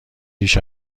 ریش